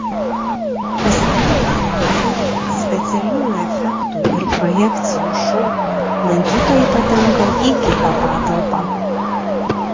pasibaigus lazerių specialiųjų efektų ir projekcijų šou lankytojai patenka į kitą patalpą